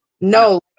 no